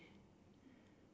<S?